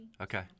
Okay